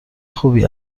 خوبی